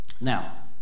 Now